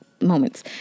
moments